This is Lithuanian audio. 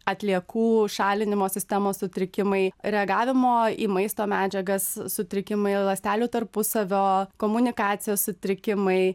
atliekų šalinimo sistemos sutrikimai reagavimo į maisto medžiagas sutrikimai ląstelių tarpusavio komunikacijos sutrikimai